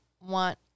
want